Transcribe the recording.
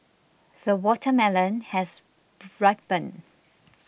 the watermelon has ripened